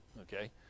Okay